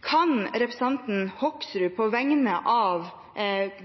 Kan representanten Hoksrud på vegne av